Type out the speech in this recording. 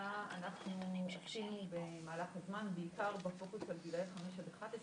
מה אנחנו עשינו במהלך הזמן בעיקר בגילאי 5 עד 11